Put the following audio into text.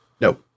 no